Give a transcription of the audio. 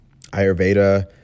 Ayurveda